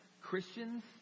Christians